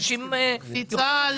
קפיצה של